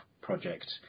project